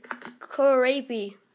Creepy